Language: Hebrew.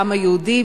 העם היהודי,